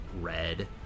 red